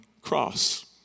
cross